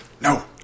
No